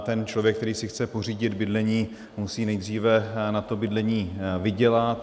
Ten člověk, který si chce pořídit bydlení, musí nejdříve na to bydlení vydělat.